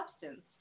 substance